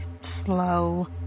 slow